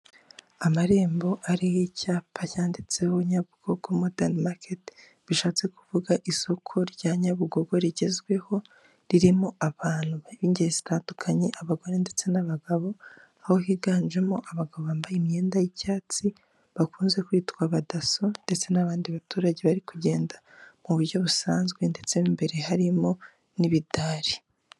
Amarembo ariy'icyapa cyanditseho Nyabugogo modani maketi bishatse kuvuga isoko rya Nyabugogo rigezweho ririmo abantu b'ingeri zitandukanye abagore ndetse n'abagabo aho higanjemo abagabo bambaye imyenda y'icyatsi bakunze kwitwa abadasso ndetse n'abandi baturage bari kugenda mu buryo busanzwe ndetse mo imbere harimo n'ibidari.